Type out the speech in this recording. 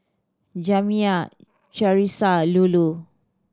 Jamya Charissa Lulu